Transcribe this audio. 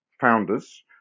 founders